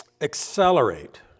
accelerate